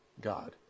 God